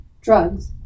drugs